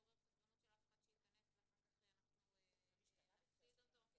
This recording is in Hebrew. בשם כדי לא לעורר סקרנות של אף אחד שיכנס ואחר כך אנחנו נפסיד אותו.